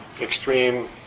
extreme